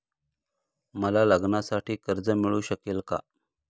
मला लग्नासाठी कर्ज मिळू शकेल का?